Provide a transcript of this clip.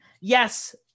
yes